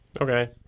Okay